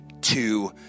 two